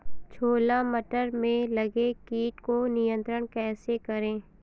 छोला मटर में लगे कीट को नियंत्रण कैसे करें?